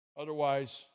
Otherwise